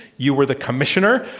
you were the commissioner,